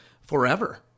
forever